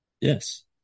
Yes